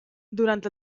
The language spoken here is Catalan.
durant